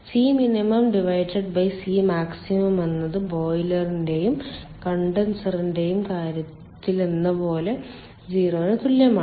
C min by C max എന്നത് ബോയിലറിന്റെയും കണ്ടൻസറിന്റെയും കാര്യത്തിലെന്നപോലെ 0 ന് തുല്യമാണ്